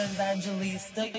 Evangelista